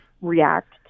react